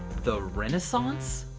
the renaissance?